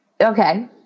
Okay